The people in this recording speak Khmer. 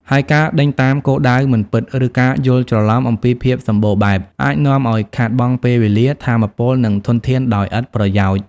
ហើយការដេញតាមគោលដៅមិនពិត ឬការយល់ច្រឡំអំពីភាពសម្បូរបែប អាចនាំឱ្យខាតបង់ពេលវេលា ថាមពល និងធនធានដោយឥតប្រយោជន៍។